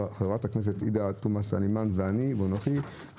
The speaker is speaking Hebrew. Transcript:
חברת הכנסת עאידה תומא סלימאן ואני שלחנו